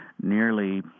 nearly